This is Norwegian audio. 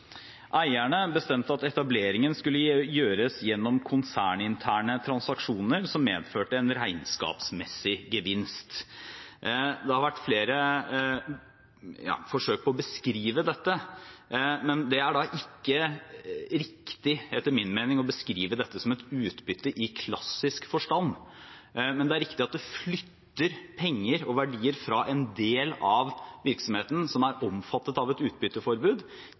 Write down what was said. Eierne bestemte at etableringen skulle gjøres gjennom konserninterne transaksjoner, som medførte en regnskapsmessig gevinst. Det har vært flere forsøk på å beskrive dette, men det er ikke riktig etter min mening å beskrive dette som et utbytte i klassisk forstand. Men det er riktig at det flytter penger og verdier fra en del av virksomheten som er omfattet av et utbytteforbud,